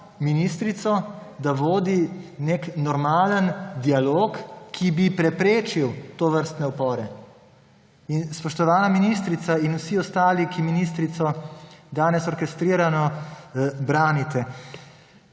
ministrico, da vodi nek normalen dialog, ki bi preprečil tovrstne upore. Spoštovana ministrica in vsi ostali, ki ministrico danes orkestrirano branite,